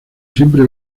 siempre